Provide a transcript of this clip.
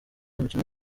umukino